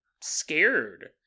scared